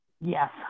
Yes